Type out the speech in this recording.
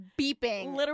beeping